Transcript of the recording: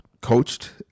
coached